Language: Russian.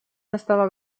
настало